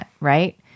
right